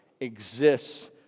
exists